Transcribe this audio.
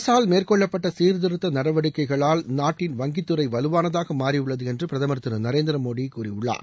அரசால் மேற்கொள்ளப்பட்ட சீர்திருத்த நடவடிக்கைகளால் நாட்டின் வங்கித்துறை வலுவானதாக மாறியுள்ளது என்று பிரதமர் திரு நரேந்திர மோடி கூறியுள்ளார்